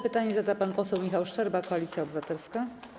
Pytanie zada pan poseł Michał Szczerba, Koalicja Obywatelska.